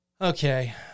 Okay